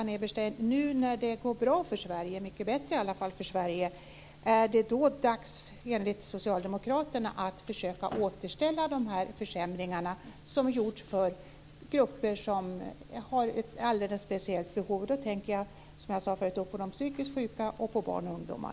Nu när det går bra för Sverige - eller i varje fall mycket bättre - är det då enligt Socialdemokraterna dags att försöka återställa när det gäller de försämringar som gjorts för grupper som har alldeles speciella behov? Jag tänker, som sagt, på psykiskt sjuka och på barn och ungdomar.